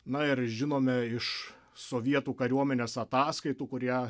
na ir žinome iš sovietų kariuomenės ataskaitų kurie